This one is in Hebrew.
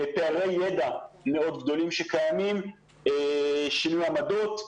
פערי ידע מאוד גדולים שקיימים, שינוי עמדות.